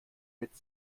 mit